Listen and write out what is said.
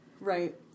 Right